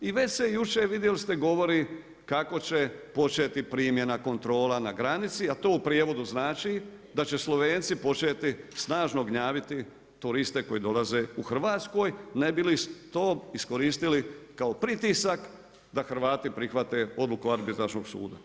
I već se jučer vidjeli ste govori kako će početi primjena kontrola na granici, a to u prijevodu znači da će Slovenci početi snažno gnjaviti turiste koji dolaze u Hrvatsku ne bi li to iskoristili kao pritisak da Hrvati prihvate odluku Arbitražnog suda.